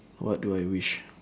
what do I wish